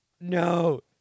No